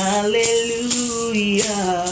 Hallelujah